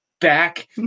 back